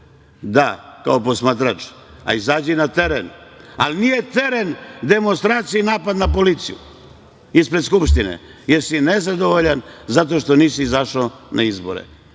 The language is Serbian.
Da, kao posmatrač, ali hajde izađi na teren. Nije teren demonstracije i napad na policiju ispred Skupštine jer si nezadovoljan zato što nisi izašao na izbore.